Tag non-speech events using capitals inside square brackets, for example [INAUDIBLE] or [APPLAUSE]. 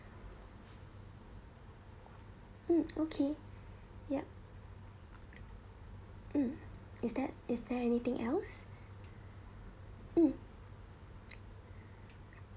mm [NOISE] okay yup mm is that is there anything else mm [NOISE]